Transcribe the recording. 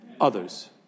Others